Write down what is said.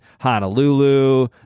Honolulu